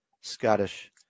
Scottish